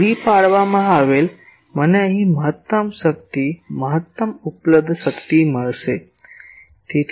પૂરી પાડવામાં આવેલ મને અહીં મહત્તમ શક્તિ મહત્તમ ઉપલબ્ધ શક્તિ મળશે